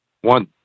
one